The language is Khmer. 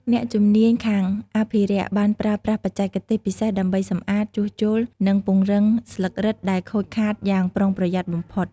អ្នកជំនាញខាងអភិរក្សបានប្រើប្រាស់បច្ចេកទេសពិសេសដើម្បីសម្អាត ជួសជុល និងពង្រឹងស្លឹករឹតដែលខូចខាតយ៉ាងប្រុងប្រយ័ត្នបំផុត។